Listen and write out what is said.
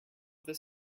this